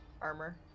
armor